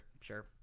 Sure